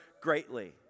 greatly